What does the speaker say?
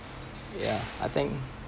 yeah I think